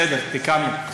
בסדר, תיקנו.